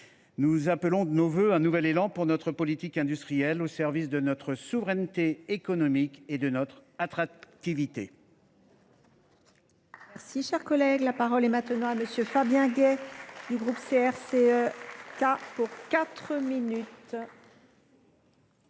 Nous appelons de nos vœux un nouvel élan pour notre politique industrielle, au service de notre souveraineté économique et de notre attractivité.